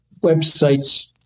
websites